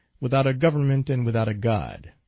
without a government and without a god.